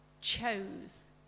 chose